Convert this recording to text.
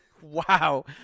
wow